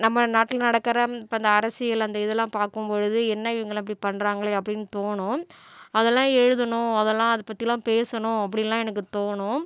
நம்ம நாட்டில் நடக்கிற இப்போ இந்த அரசியல் அந்த இதெல்லாம் பார்க்கும்பொழுது என்ன இவங்களாம் இப்படி பண்ணுறாங்களே அப்படினு தோணும் அதெல்லாம் எழுதணும் அதெல்லாம் அதை பற்றிலாம் பேசணும் அப்படின்லாம் எனக்கு தோணும்